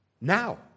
Now